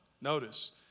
Notice